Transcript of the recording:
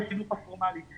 לחינוך הפורמלי.